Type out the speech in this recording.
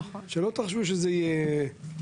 שלא תחשבו שזה יהיה,